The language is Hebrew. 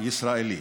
הישראלית.